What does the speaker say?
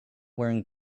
wearing